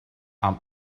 amb